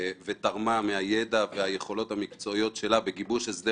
תרמה מהידע והיכולות המקצועיות שלה בגיבוש הסדר